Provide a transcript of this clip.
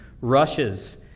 rushes